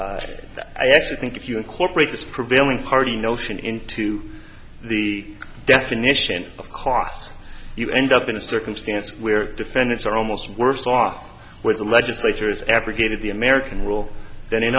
equal i actually think if you incorporate this prevailing party notion into the definition of costs you end up in a circumstance where defendants are almost worse off with the legislators abrogated the american rule than in